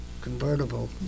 convertible